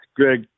Greg